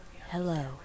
hello